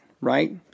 right